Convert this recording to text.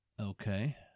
Okay